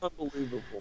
Unbelievable